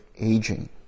aging